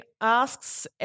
asks